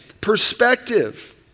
perspective